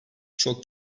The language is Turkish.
çok